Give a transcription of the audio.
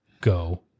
go